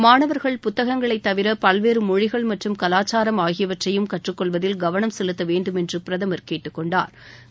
மாணவர்கள் புத்தகங்களை தவிர பல்வேறு மொழிகள் மற்றும் கலாச்சாரம் ஆகியவற்றையும் கற்றுக் கொள்வதில் கவனம் செலுத்த வேண்டுமென்று பிரதமா் கேட்டுக்கொண்டாா்